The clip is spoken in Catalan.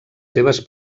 seves